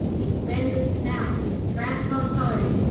these bended snouts, these tramped-on toes,